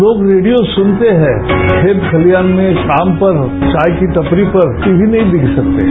लोग रेडियो सुनते हैं खेत खलिहान में काम पए चाय की टपरी पर टीवी नहीं देख सकते हैं